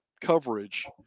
coverage